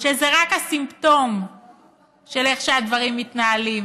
שזה רק הסימפטום של איך שהדברים מתנהלים.